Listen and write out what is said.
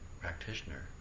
practitioner